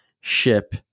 ship